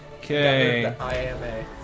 Okay